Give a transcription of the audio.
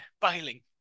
bailing